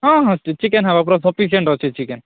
ହଁ ହଁ ଚି ଚିକେନ୍ ହେବା ପୂରା ସଫିସିଏଣ୍ଟ୍ ଅଛି ଚିକେନ୍